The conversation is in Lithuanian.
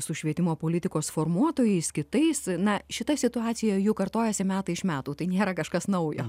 su švietimo politikos formuotojais kitais na šita situacija jau kartojasi metai iš metų tai nėra kažkas naujo